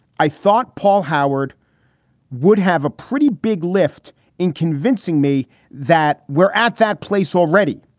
i thought paul howard would have a pretty big lift in convincing me that we're at that place already,